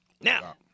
Now